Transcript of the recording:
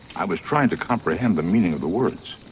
i was trying to comprehend the meaning of the words